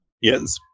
Yes